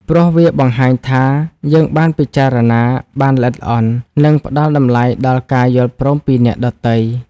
ព្រោះវាបង្ហាញថា យើងបានពិចារណាបានល្អិតល្អន់ និងផ្ដល់តម្លៃដល់ការយល់ព្រមពីអ្នកដទៃ។